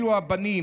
אלו הבנים",